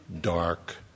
dark